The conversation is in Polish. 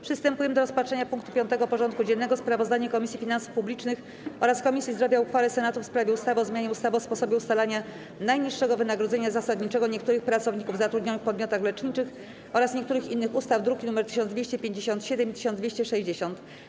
Przystępujemy do rozpatrzenia punktu 5. porządku dziennego: Sprawozdanie Komisji Finansów Publicznych oraz Komisji Zdrowia o uchwale Senatu w sprawie ustawy o zmianie ustawy o sposobie ustalania najniższego wynagrodzenia zasadniczego niektórych pracowników zatrudnionych w podmiotach leczniczych oraz niektórych innych ustaw (druki nr 1257 i 1260)